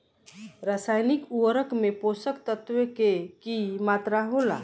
रसायनिक उर्वरक में पोषक तत्व के की मात्रा होला?